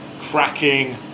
cracking